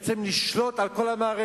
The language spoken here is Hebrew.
בעצם לשלוט על כל המערכת.